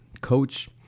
coach